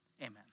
amen